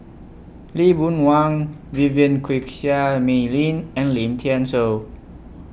Lee Boon Wang Vivien Quahe Seah Mei Lin and Lim Thean Soo